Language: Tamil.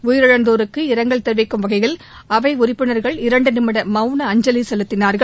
உயிரிழந்தோருக்கு இரங்கல் தெரிவிக்கும் வகையில் அவை உறுப்பினர்கள் இரண்டு நிமிட மவுன அஞ்சலி செலுத்தினார்கள்